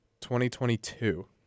2022